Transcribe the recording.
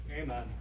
Amen